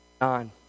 nine